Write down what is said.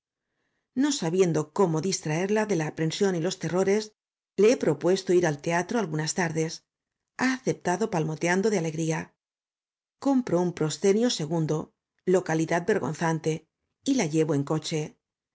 no sabiendo cómo distraerla de la aprensión y los terrores la he propuesto ir al teatro algunas tardes ha aceptado palmoteando de alegría compro un proscenio segundo localidad vergonzante y la llevo en coche